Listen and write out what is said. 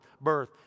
birth